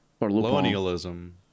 colonialism